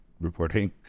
reporting